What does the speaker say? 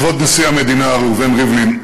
כבוד נשיא המדינה ראובן ריבלין,